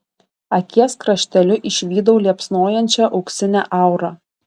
akies krašteliu išvydau liepsnojančią auksinę aurą